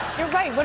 you're right. but